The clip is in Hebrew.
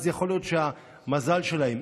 אז יכול להיות שהמזל שלהם,